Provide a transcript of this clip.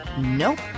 Nope